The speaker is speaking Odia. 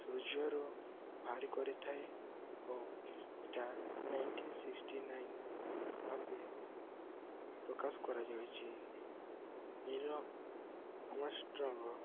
ସୂର୍ଯ୍ୟରୁ ଭାରି କରିଥାଏ ଓ ଇଟା ନାଇଣ୍ଟିନ ସିକ୍ସଟି ନାଇନ ଭାବେ ପ୍ରକାଶ କରାଯାଇଛିି ନିଲ ଆମଷ୍ଟ୍ରଙ୍ଗ